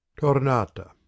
TORNATA